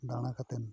ᱫᱟᱬᱟ ᱠᱟᱛᱮᱱ